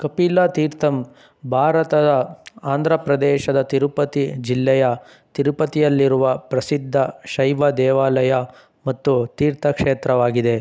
ಕಪಿಲ ತೀರ್ಥಮ್ ಭಾರತದ ಆಂಧ್ರ ಪ್ರದೇಶದ ತಿರುಪತಿ ಜಿಲ್ಲೆಯ ತಿರುಪತಿಯಲ್ಲಿರುವ ಪ್ರಸಿದ್ಧ ಶೈವ ದೇವಾಲಯ ಮತ್ತು ತೀರ್ಥಕ್ಷೇತ್ರವಾಗಿದೆ